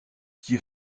qui